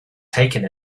taken